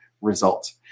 result